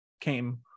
came